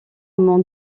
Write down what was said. mon